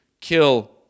kill